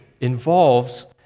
involves